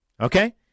okay